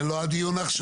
זה לא הדיון עכשיו.